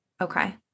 okay